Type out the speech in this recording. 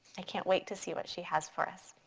i can't wait to see what she has for us.